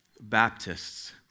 Baptists